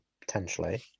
potentially